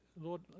Lord